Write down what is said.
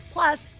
Plus